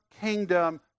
kingdom